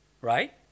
right